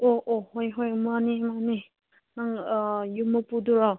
ꯑꯣ ꯑꯣ ꯍꯣꯏ ꯍꯣꯏ ꯃꯥꯅꯤ ꯃꯥꯅꯤ ꯅꯪ ꯌꯨꯝ ꯃꯄꯨꯗꯨꯔꯣ